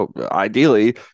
ideally